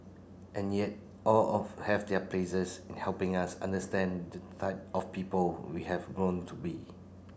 and yet all of have their places in helping us understand the type of people we have grown to be